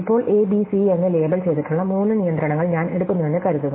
ഇപ്പോൾ A B C എന്ന് label ചെയ്തിട്ടുള്ള മൂന്ന് നിയന്ത്രണങ്ങൾ ഞാൻ എടുക്കുന്നുവെന്ന് കരുതുക